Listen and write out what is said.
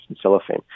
cellophane